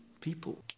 people